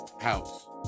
house